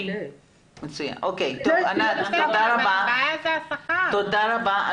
ענת תודה רבה.